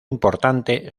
importante